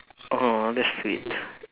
!aww! that's sweet